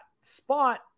spot